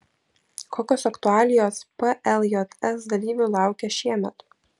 kokios aktualijos pljs dalyvių laukia šiemet